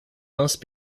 must